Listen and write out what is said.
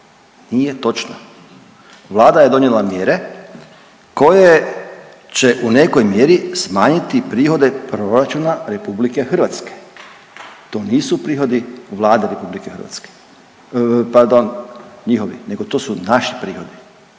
Nije točno. Vlada je donijela mjere koje će u nekoj mjeri smanjiti prihode proračuna RH. To nisu prihodi Vlade RH, pardon njihovi nego to su naši prihodi.